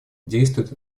действуют